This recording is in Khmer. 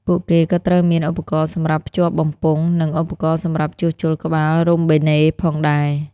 ពួកគេក៏ត្រូវមាន ឧបករណ៍សម្រាប់ភ្ជាប់បំពង់ និង ឧបករណ៍សម្រាប់ជួសជុលក្បាលរ៉ូប៊ីណេ ផងដែរ។